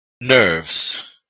Nerves